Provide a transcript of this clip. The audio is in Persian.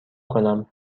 کنم